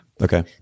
Okay